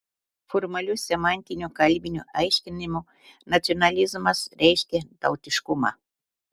formaliu semantiniu kalbiniu aiškinimu nacionalizmas reiškia tautiškumą